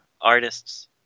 artists